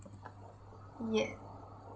yeah